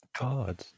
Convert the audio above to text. God